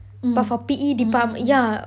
mm mm mm